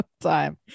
time